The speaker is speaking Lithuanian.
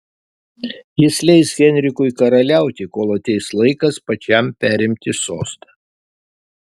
jis leis henrikui karaliauti kol ateis laikas pačiam perimti sostą